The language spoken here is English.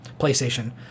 PlayStation